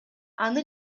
аны